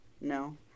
No